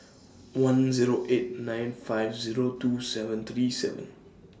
one Zero eight nine five Zero two seven three seven